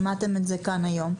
שמעתם את זה כאן היום,